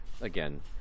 again